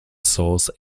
source